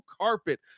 carpet